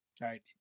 right